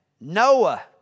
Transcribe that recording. Noah